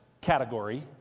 category